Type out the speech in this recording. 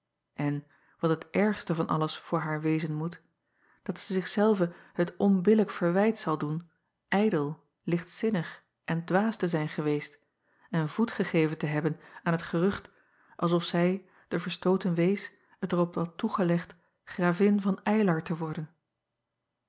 en wat het ergste van alles voor haar wezen moet dat zij zich zelve het onbillijk verwijt zal doen ijdel lichtzinnig en dwaas te zijn geweest en voet gegeven te hebben aan het gerucht als of zij de verstooten wees het er op had toegelegd ravin van ylar te worden